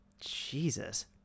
Jesus